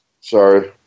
Sorry